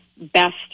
Best